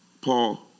Paul